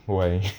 why